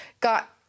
got